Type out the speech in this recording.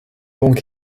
donc